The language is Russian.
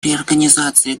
реорганизации